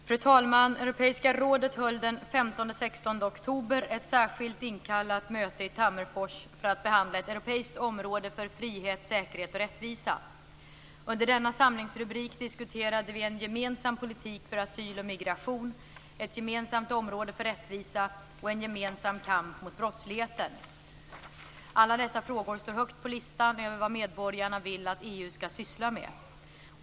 Fru talman! Europeiska rådet höll den 15-16 oktober ett särskilt inkallat möte i Tammerfors för att behandla ett europeiskt område för frihet, säkerhet och rättvisa. Under denna samlingsrubrik diskuterade vi en gemensam politik för asyl och migration, ett gemensamt område för rättvisa och en gemensam kamp mot brottsligheten. Alla dessa frågor står högt på listan över vad medborgarna vill att EU ska syssla med.